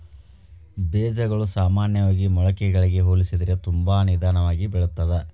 ಬೇಜಗಳು ಸಾಮಾನ್ಯವಾಗಿ ಮೊಳಕೆಗಳಿಗೆ ಹೋಲಿಸಿದರೆ ತುಂಬಾ ನಿಧಾನವಾಗಿ ಬೆಳಿತ್ತದ